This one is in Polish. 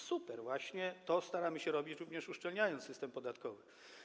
Super, właśnie to staramy się robić, uszczelniając system podatkowy.